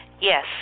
Yes